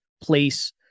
place